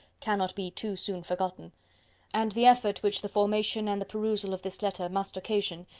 cannot be too soon forgotten and the effort which the formation and the perusal of this letter must occasion,